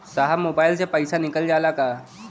साहब मोबाइल से पैसा निकल जाला का?